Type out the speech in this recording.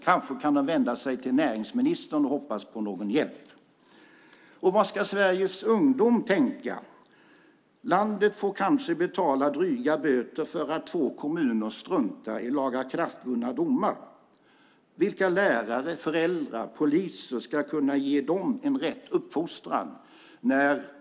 De kan kanske vända sig till näringsministern och hoppas på någon hjälp. Vad ska Sveriges ungdom tänka? Landet får kanske betala dryga böter för att två kommuner struntar i lagakraftvunna domar. Vilka lärare, föräldrar eller poliser ska kunna ge dem en rätt uppfostran?